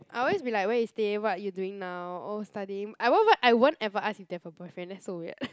I always be like where you stay what are you doing now oh studying I won't ever I won't ever ask if they have a boyfriend that's so weird